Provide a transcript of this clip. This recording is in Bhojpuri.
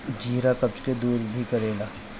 जीरा कब्ज के भी दूर करेला